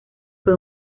fue